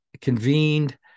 convened